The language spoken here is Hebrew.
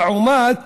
לעומת